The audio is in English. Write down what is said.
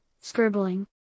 scribbling